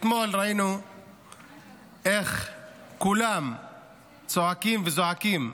אתמול ראינו איך כולם צועקים וזועקים,